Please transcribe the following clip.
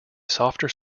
softer